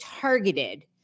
targeted